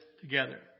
together